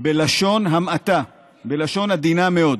בלשון המעטה, בלשון עדינה מאוד.